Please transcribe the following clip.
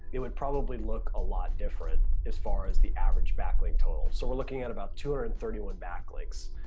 it would probably look a lot different as far as the average backlink total. so we're looking at about two hundred and thirty one backlinks.